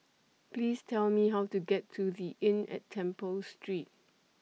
Please Tell Me How to get to The Inn At Temple Street